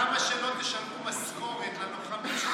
למה שלא תשלמו משכורת למחבלים,